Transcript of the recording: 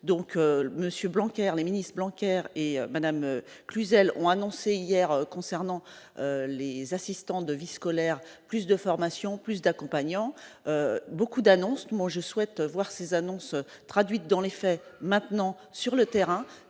donc Monsieur Blanc les ministres flanker et Madame Cluzel ont annoncé, hier, concernant les assistants de vie scolaire, plus de formation plus d'accompagnants, beaucoup d'annonces, moi je souhaite voir ces annonces traduite dans les faits maintenant sur le terrain